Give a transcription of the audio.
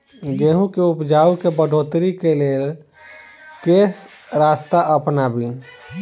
गेंहूँ केँ उपजाउ केँ बढ़ोतरी केँ लेल केँ रास्ता अपनाबी?